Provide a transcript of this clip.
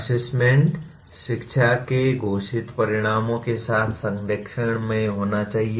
assessment शिक्षा के घोषित परिणामों के साथ संरेखण में होना चाहिए